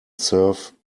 serve